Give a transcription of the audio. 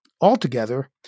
altogether